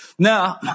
Now